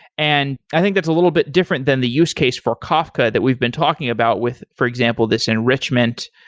and i think that's a little bit different than the use case for kafka that we've been talking about with, for example, this enrichment.